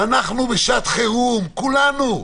אנחנו בשעת חירום, כולנו.